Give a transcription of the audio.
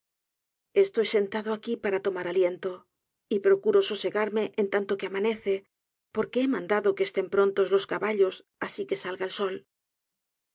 estoy sentado aqui para tomar aliento y procuro sosegarme en tanto que amanece porque he mandado que estén prontos los caballos así que salga el sol